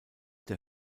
der